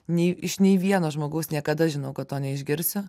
nei iš nei vieno žmogaus niekada žinau kad to neišgirsiu